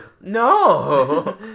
No